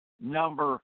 number